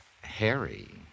Harry